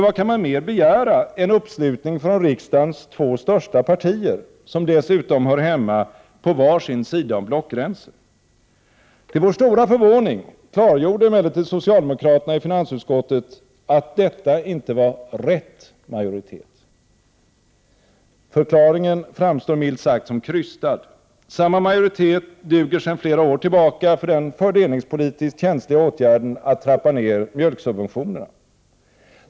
Vad kan man mer begära än uppslutning från riksdagens två största partier, som dessutom hör hemma på var sin sida om blockgränsen? Till vår stora förvåning klargjorde emellertid socialdemokraterna i finansutskottet att detta inte var rätt majoritet. Förklaringen framstår milt sagt som krystad. Samma majoritet duger sedan flera år tillbaka för den fördelningspolitiskt känsliga åtgärden att trappa ned mjölksubventionerna.